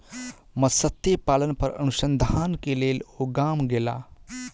मत्स्य पालन पर अनुसंधान के लेल ओ गाम गेला